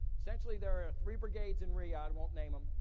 essentially, there are three brigades in riyadh, won't name em.